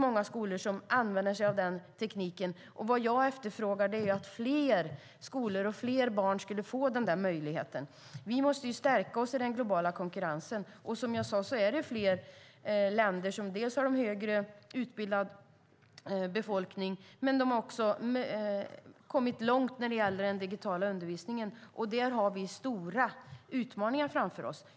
Många skolor använder sig av denna teknik, och vad jag efterfrågar är att fler skolor och barn ska få denna möjlighet. Vi måste stärka oss i den globala konkurrensen. Som jag sade har flera länder en befolkning med högre utbildningsnivå och har kommit långt med den digitala undervisningen. Här har vi stora utmaningar framför oss.